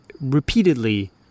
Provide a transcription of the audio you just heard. repeatedly